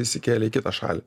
išsikėlė į kitą šalį